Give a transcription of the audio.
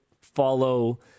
follow